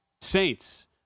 Saints